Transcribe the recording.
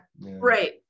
Right